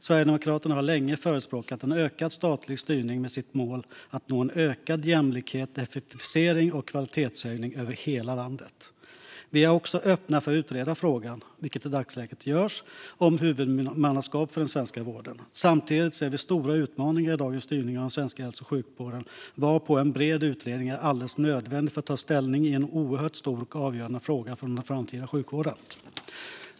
Sverigedemokraterna har länge förespråkat en ökad statlig styrning med målet att nå en ökad jämlikhet, effektivisering och kvalitetshöjning över landet. Vi är också öppna för att utreda frågan, vilket i dagsläget görs, om huvudmannaskap för den svenska vården. Samtidigt ser vi stora utmaningar i dagens styrning av den svenska hälso och sjukvården, varför en bred utredning är alldeles nödvändig för att ta ställning i en oerhört stor och avgörande fråga för den framtida hälso och sjukvården.